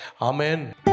Amen